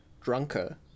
drunker